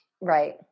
Right